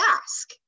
ask